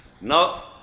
now